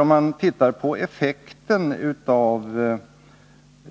Om man tittar på effekterna av